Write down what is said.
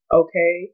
okay